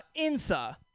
INSA